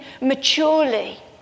maturely